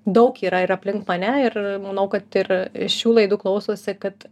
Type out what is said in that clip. daug yra ir aplink mane ir manau kad ir šių laidų klausosi kad